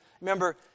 remember